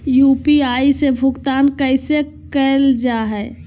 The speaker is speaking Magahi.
यू.पी.आई से भुगतान कैसे कैल जहै?